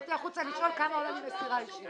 יצאתי החוצה לשאול כמה עולה לי מסירה אישית.